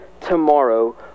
tomorrow